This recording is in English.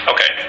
Okay